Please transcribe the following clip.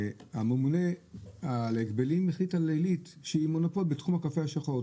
הממונה על ההגבלים החליט על עלית שהיא מונופול בתחום הקפה השחור.